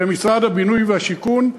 במשרד הבינוי והשיכון,